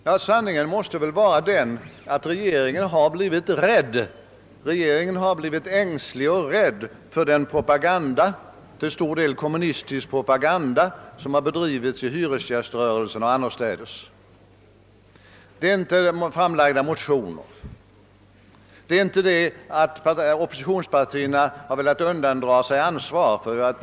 Ja sanningen måste vara den, att regeringen har biivit ängslig och rädd för den till stor del kommunistiska propaganda som bedrivits i delar av hyressäströrelsen och annorstädes. Det är inte framlagda motioner eller påståendet att oppositionspartierna har velat undandra sig ansvaret som är orsaken.